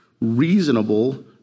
reasonable